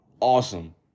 awesome